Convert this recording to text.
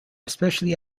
especially